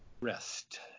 rest